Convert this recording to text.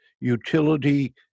Utility